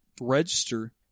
register